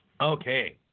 Okay